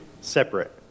separate